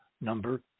number